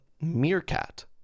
meerkat